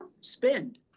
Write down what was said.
spend